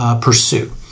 pursue